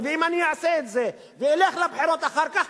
ואם אני אעשה את זה ואלך לבחירות אחר כך,